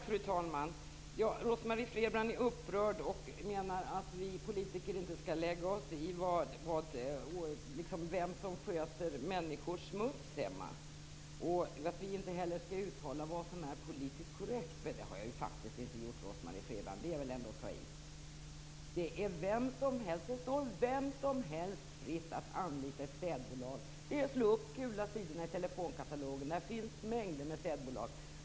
Fru talman! Rose-Marie Frebran är upprörd och menar att vi politiker inte skall lägga oss i vem som sköter människors smuts hemma. Hon menar också att vi inte skall uttala vad som är politiskt korrekt. Men det har jag faktiskt inte gjort, Rose-Marie Frebran! Det är väl ändå att ta i? Det står vem som helst fritt att anlita ett städbolag. Det är bara att slå upp Gula sidorna i telefonkatalogen. Där finns det mängder med städbolag.